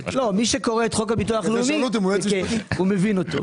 לא, מי שקורא את חוק הביטוח הלאומי מבין אותו.